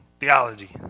Theology